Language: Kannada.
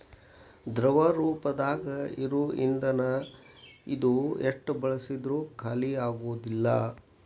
ದ್ರವ ರೂಪದಾಗ ಇರು ಇಂದನ ಇದು ಎಷ್ಟ ಬಳಸಿದ್ರು ಖಾಲಿಆಗುದಿಲ್ಲಾ